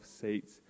seats